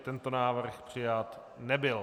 Tento návrh přijat nebyl.